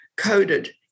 coded